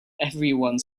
everyone